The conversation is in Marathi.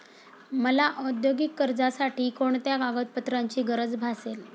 मला औद्योगिक कर्जासाठी कोणत्या कागदपत्रांची गरज भासेल?